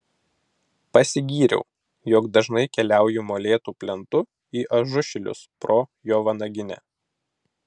pasigyriau jog dažnai keliauju molėtų plentu į ažušilius pro jo vanaginę